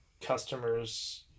customers